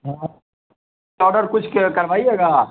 हाँ आप ऑडर कुछ करवाइएगा